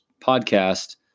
podcast